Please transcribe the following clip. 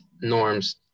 norms